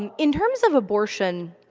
and in terms of abortion,